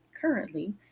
currently